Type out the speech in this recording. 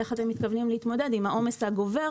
איך אתם מתכוונים להתמודד עם העומס הגובר